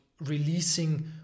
releasing